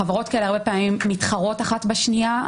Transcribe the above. חברות כאלה הרבה פעמים מתחרות אחת בשנייה.